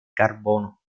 carbono